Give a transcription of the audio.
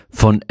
von